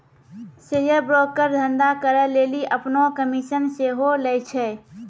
share broker धंधा करै लेली अपनो कमिशन सेहो लै छै